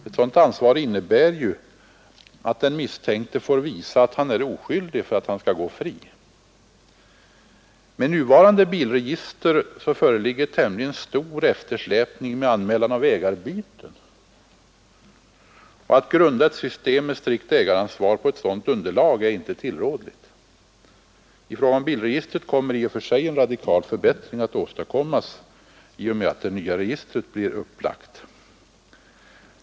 Ett sådant ansvar innebär att den misstänkte får visa att han är oskyldig för att han skall gå fri. Med nuvarande bilregister föreligger tämligen stor eftersläpning med anmälan av ägarbyten, och att grunda ett system med strikt ägaransvar på ett sådant underlag är inte tillrådligt. I fråga om bilregistret kommer i och för sig en radikal förbättring att åstadkommas i och med att det nya registret blir upplagt.